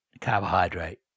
carbohydrate